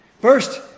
First